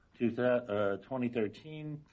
2013